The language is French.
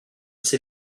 ses